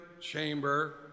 chamber